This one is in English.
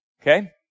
Okay